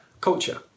culture